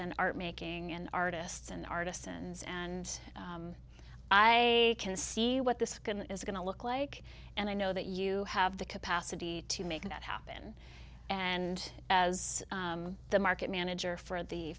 and art making and artists and artisans and i can see what this going is going to look like and i know that you have the capacity to make that happen and as the market manager for the